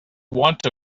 want